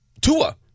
Tua